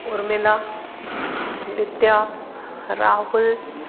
Urmila Nitya Rahul